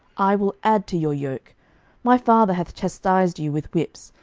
i will add to your yoke my father hath chastised you with whips,